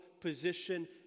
position